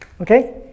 Okay